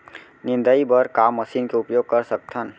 निंदाई बर का मशीन के उपयोग कर सकथन?